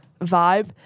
vibe